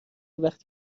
وقتی